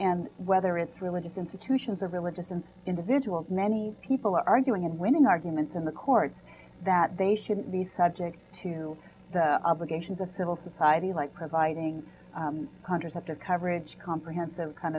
and whether it's religious institutions or religious and individual many people are arguing and winning arguments in the courts that they shouldn't be subject to the obligations of civil society like providing contraceptive coverage comprehensive kind